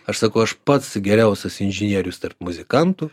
aš sakau aš pats geriausias inžinierius tarp muzikantų